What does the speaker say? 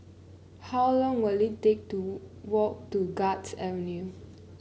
how long will it take to walk to Guards Avenue